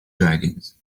dragons